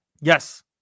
Yes